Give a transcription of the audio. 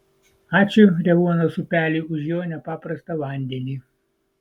ačiū revuonos upeliui už jo nepaprastą vandenį